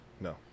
No